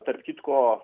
tarp kitko